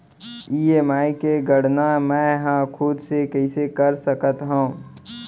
EMI के गड़ना मैं हा खुद से कइसे कर सकत हव?